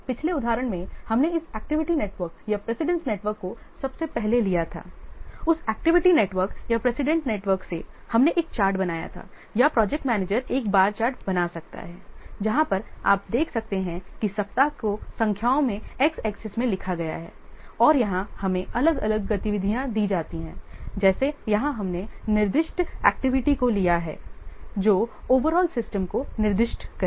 पिछले उदाहरण मैं हमने इस एक्टिविटी नेटवर्क या प्रेसिडेंस नेटवर्क को सबसे पहले लिया था उस एक्टिविटी नेटवर्क या प्रेसिडेंस नेटवर्क से हमने एक चार्ट बनाया था या प्रोजेक्ट मैनेजर एक बार चार्ट बना सकता है जहां पर आप देख सकते हैं की सप्ताह को संख्याओं में एक्स एक्सेस में लिखा गया है और यहाँ हमें अलग अलग गतिविधियाँ दी जाती हैं जैसे यहाँ हमने निर्दिष्ट एक्टिविटी को लिया है जो ओवरऑल सिस्टम को निर्दिष्ट करें